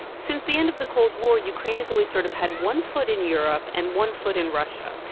since the end of the cold war, ukraine has always sort of had one foot in europe and one foot in russia.